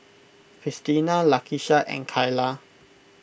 Cristina Lakisha and Kyla